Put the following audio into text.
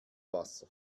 wasser